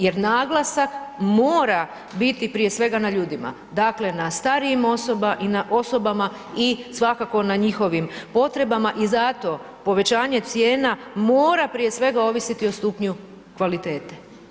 Jer naglasak mora biti prije svega na ljudima, dakle na starijim osobama i svakako na njihovim potrebama i zato povećanje cijena mora prije svega ovisiti o stupnju kvalitete.